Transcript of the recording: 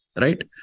Right